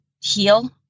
heal